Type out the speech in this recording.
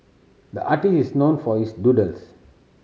the artist is known for his doodles